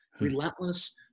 relentless